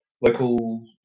local